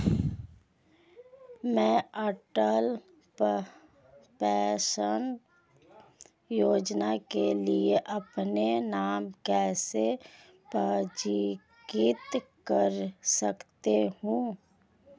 मैं अटल पेंशन योजना के लिए अपना नाम कैसे पंजीकृत कर सकता हूं?